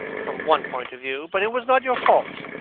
from one point of view, but it was not your fault.